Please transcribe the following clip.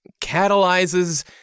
catalyzes